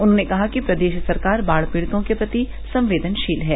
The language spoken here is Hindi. उन्होंने कहा कि प्रदेश सरकार बाढ़ पीड़ितों के प्रति संवेदनशील है